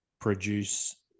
produce